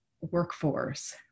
workforce